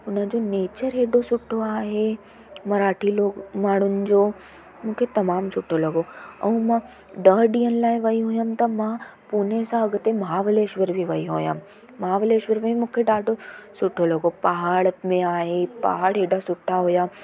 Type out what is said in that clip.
हुन जो नेचर ई ॾाढो सुठो आहे मराठी लोग माण्हुनि जो मूंखे तमामु सुठो लॻो ऐं मां ॾह ॾींहंनि लाए वई हुअमि त मां पूने सां हुते माहाबलेश्वर बि वई हुअमि माहाबलेश्वर में मूंखे ॾाढो सुठो लॻो पाहाड़ में आहे पाहाड़ हेॾा सुठा हुआ